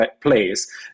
place